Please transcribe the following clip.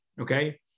okay